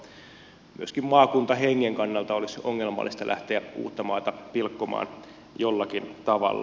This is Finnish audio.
myöskin maakuntahengen kannalta olisi ongelmallista lähteä uuttamaata pilkkomaan jollakin tavalla